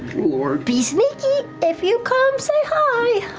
be sneaky if you come say hi.